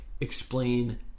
explain